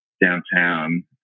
downtown